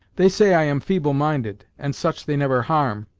they say i am feeble-minded, and such they never harm,